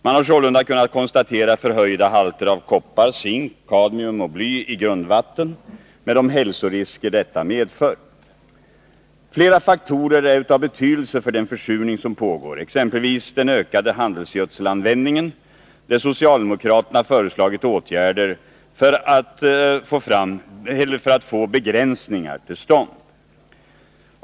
Man har sålunda kunnat konstatera förhöjda halter av koppar, zink, kadmium och bly i grundvatten med de hälsorisker detta medför. Flera faktorer spelar in när det gäller den försurning som pågår, exempelvis den ökade handelsgödselanvändningen, där vi socialdemokrater föreslagit åtgärder för att få begränsningar till stånd.